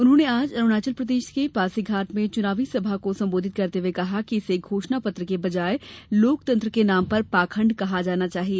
उन्होंने आज अरुणाचल प्रदेश के पासीघाट में चनावी सभा को संबोधित करते हए कहा कि इसे घोषणा पत्र की बजाए लोकतंत्र के नाम पर पाखंड कहा जाना चाहिए